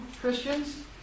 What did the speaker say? Christians